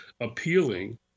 appealing